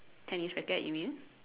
tennis racket you mean